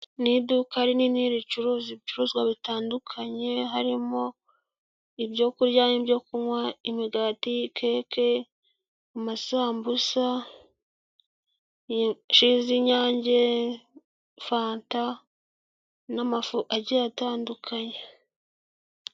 N'iduka rinini ricuruza ibicuruzwa bitandukanye harimo; ibyo kurya n'ibyo kunywa, imigati keke, amasambusa, ji z'inyange, fanta, n'amafu agiye atandukanye.